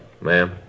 Ma'am